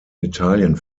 italien